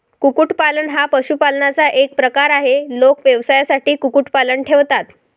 कुक्कुटपालन हा पशुपालनाचा एक प्रकार आहे, लोक व्यवसायासाठी कुक्कुटपालन ठेवतात